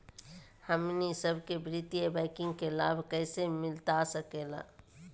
हमनी सबके वित्तीय बैंकिंग के लाभ कैसे मिलता सके ला?